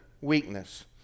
weakness